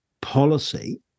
policy